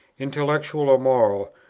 intellectual or moral,